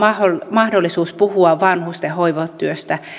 mahdollisuus puhua vanhusten hoivatyöstä